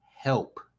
Help